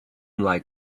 like